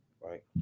Right